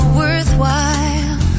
worthwhile